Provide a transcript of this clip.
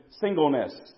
singleness